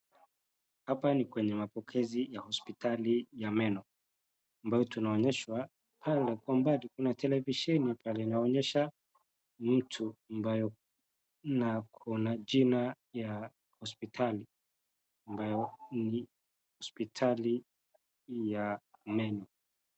Hapa ni kwenye mapokezi ya hospitali ya meno ambayo tunaonyeshwa pale kwa mbali kuna televisheni na linaonyesha mtu ambayo na kuna jina ya hospitali ambayo nio hospitali ya meno.